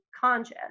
conscious